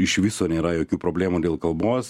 iš viso nėra jokių problemų dėl kalbos